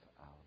out